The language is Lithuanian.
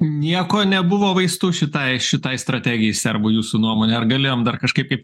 nieko nebuvo vaistų šitai šitai strategijai serbų jūsų nuomone ar galėjom dar kažkaip kaip